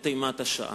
את אימת השואה.